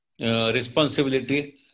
responsibility